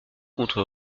contre